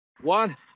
One